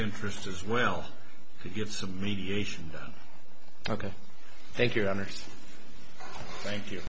interest as well to give some mediation ok thank your honour's thank you